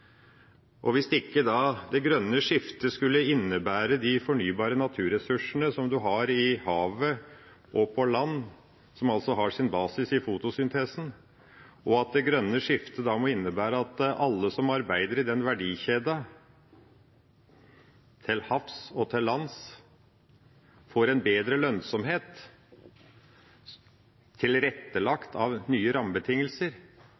Hvis ikke det grønne skiftet skal innebære de fornybare naturressursene som en har i havet og på land, som har sin basis i fotosyntesen, og at alle som arbeider i den verdikjeden til havs og til lands, får en bedre lønnsomhet, tilrettelagt av nye rammebetingelser,